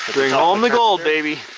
bring home the gold, baby.